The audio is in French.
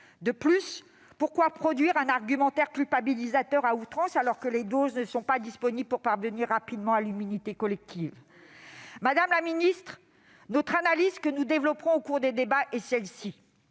De plus, pourquoi produire un argumentaire culpabilisateur à outrance, alors que les doses ne sont pas disponibles pour parvenir rapidement à l'immunité collective ? Madame la ministre, l'analyse que nous développerons au cours des débats est la